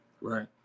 right